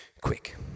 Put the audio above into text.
quick